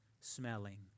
smelling